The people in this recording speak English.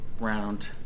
round